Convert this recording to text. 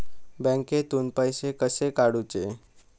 बँकेतून पैसे कसे काढूचे?